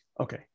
Okay